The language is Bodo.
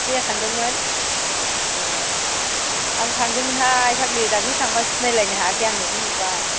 मैया थांदोंमोन ए आं थांदोंमोनहाय फाग्लि दाख्लि थांबा सिनायलायनो हायाखै आं नोंखौ नुबा